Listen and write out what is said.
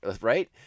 right